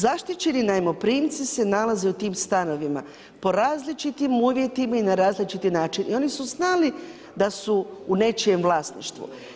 Zaštićeni najmoprimci se nalaze u tim stanovima po različitim uvjetima i na različiti način i oni su znali da su u nečijem vlasništvu.